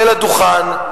עלה לדוכן,